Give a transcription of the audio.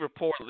reportedly